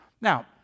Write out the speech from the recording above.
Now